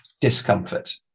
discomfort